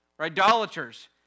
idolaters